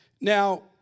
Now